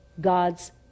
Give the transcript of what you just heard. God's